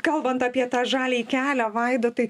kalbant apie tą žaliąjį kelią vaida tai